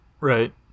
Right